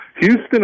Houston